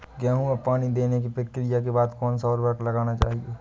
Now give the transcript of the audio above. गेहूँ में पानी देने की प्रक्रिया के बाद कौन सा उर्वरक लगाना चाहिए?